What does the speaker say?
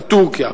בטורקיה,